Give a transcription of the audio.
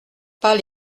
pas